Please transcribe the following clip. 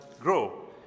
grow